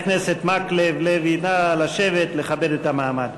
לוי, נא לשבת, לכבד את המעמד.